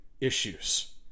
issues